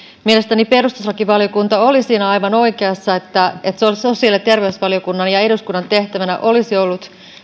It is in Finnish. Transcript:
mielestäni perustuslakivaliokunta oli siinä aivan oikeassa että sosiaali ja terveysvaliokunnan ja eduskunnan tehtävänä olisi ollut